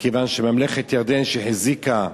מכיוון שממלכת ירדן, שהחזיקה בשטח,